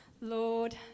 Lord